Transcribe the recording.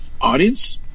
audience